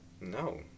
no